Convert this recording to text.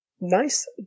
Nice